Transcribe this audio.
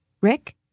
Rick